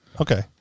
Okay